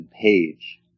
page